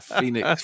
Phoenix